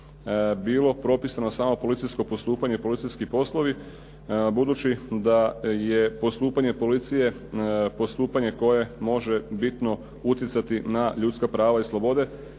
bilo propisano samo policijsko postupanje i policijski poslovi budući da je postupanje policije postupanje koje može bitno utjecati na ljudska prava i slobode